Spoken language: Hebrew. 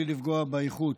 בלי לפגוע באיכות.